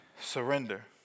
surrender